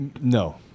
no